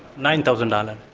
nine thousand dollars.